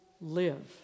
live